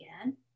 again